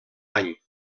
any